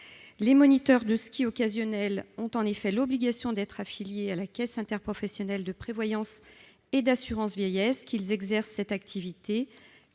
Les moniteurs de ski occasionnels ont l'obligation d'être affiliés à la caisse interprofessionnelle de prévoyance et d'assurance vieillesse, qu'ils exercent cette activité